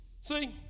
See